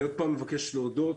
אני מבקש שוב להודות.